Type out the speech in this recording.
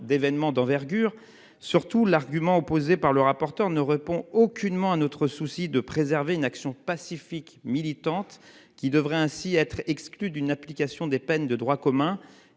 d'événements d'envergure surtout l'argument opposé par le rapporteur ne répond aucunement un autre souci de préserver une action pacifique militante qui devraient ainsi être exclus d'une application des peines de droit commun